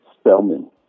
Spelman